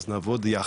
אז נעבוד יחד,